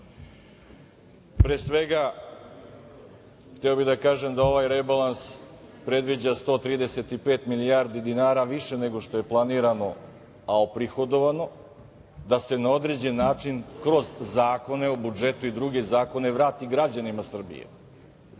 svega hteo bih da kažem da ovaj rebalans predviđa 135 milijardi dinara više nego što je planirano, a prihodovano, da se na određen način kroz zakone o budžetu i druge zakone, vrati građanima Srbije.S